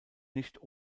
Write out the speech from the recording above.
nicht